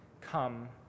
come